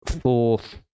fourth